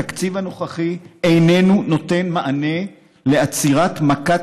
התקציב הנוכחי איננו נותן מענה לעצירת מכת